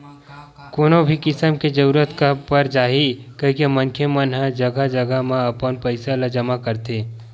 कोनो भी किसम के जरूरत कब पर जाही कहिके मनखे मन ह जघा जघा म अपन पइसा ल जमा करथे